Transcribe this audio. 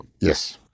Yes